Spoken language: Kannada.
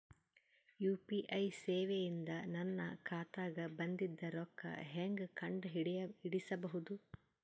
ಯು.ಪಿ.ಐ ಸೇವೆ ಇಂದ ನನ್ನ ಖಾತಾಗ ಬಂದಿದ್ದ ರೊಕ್ಕ ಹೆಂಗ್ ಕಂಡ ಹಿಡಿಸಬಹುದು?